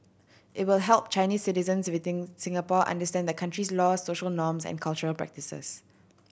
it will help Chinese citizens within Singapore understand the country's laws social norms and cultural practices